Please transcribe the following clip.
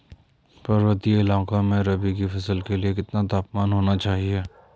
पर्वतीय इलाकों में रबी की फसल के लिए कितना तापमान होना चाहिए?